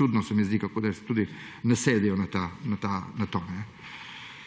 čudno se mi zdi, kako da tudi nasedejo na to.